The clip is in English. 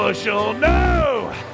No